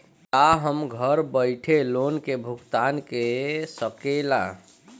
का हम घर बईठे लोन के भुगतान के शकेला?